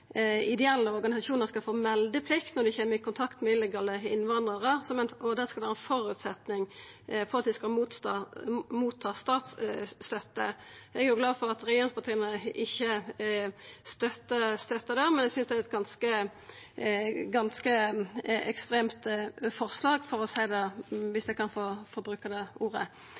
ideelle organisasjonar skal ha meldeplikt når dei kjem i kontakt med illegale innvandrarar, og at det skal vere ein føresetnad for å motta statsstøtte. Eg er glad for at regjeringspartia ikkje støttar det, men eg synest det er eit ganske ekstremt forslag, om eg kan få bruka det ordet.